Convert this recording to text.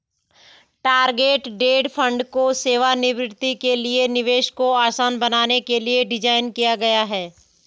target date fund को सेवानिवृत्ति के लिए निवेश को आसान बनाने के लिए डिज़ाइन किया गया है